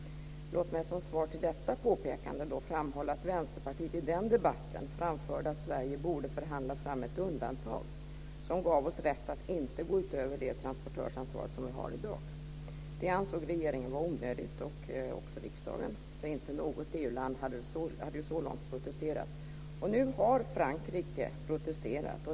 Låt mig som ett svar till detta påpekande framhålla att Vänsterpartiet i den debatten framförde att Sverige borde förhandla fram ett undantag som gav oss rätt att inte gå utöver det transportörsansvar som vi har i dag. Det ansåg regeringen och riksdagen vara onödigt. Inte något EU-land hade så långt protesterat. Nu har Frankrike protesterat.